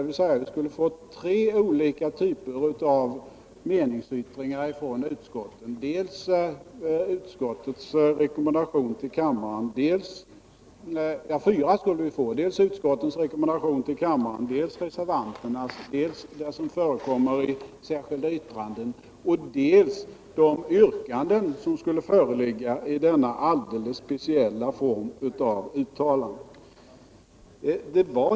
Vi skulle därigenom få fyra olika typer av meningsyttringar från utskotten, nämligen dels utskottens rekommendation till kammaren, dels reservanternas förslag, dels vad som förekommer i särskilda yttranden, dels de yrkanden som skulle föreligga i denna alldeles speciella form av uttalanden.